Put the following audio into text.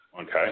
Okay